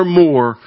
more